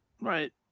Right